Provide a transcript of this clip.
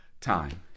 time